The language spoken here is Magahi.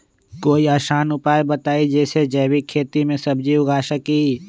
कोई आसान उपाय बताइ जे से जैविक खेती में सब्जी उगा सकीं?